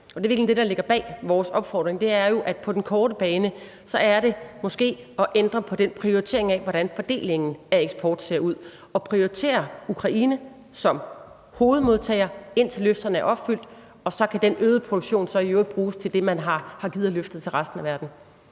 det, der ligger bag vores opfordring; det er jo på den korte bane måske at ændre på den prioritering af, hvordan fordelingen af eksport ser ud, og prioritere Ukraine som hovedmodtager, indtil løfterne er indfriet. Og så kan den øgede produktion så i øvrigt bruges til det, man har givet af løfter til resten af verden.